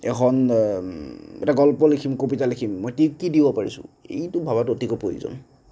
এখন এটা গল্প লিখিম কবিতা লিখিম মই কি কি দিব পাৰিছোঁ এইটো ভবাতো অতিকৈ প্ৰয়োজন